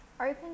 open